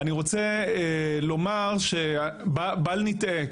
אני רוצה לומר שבל נטעה,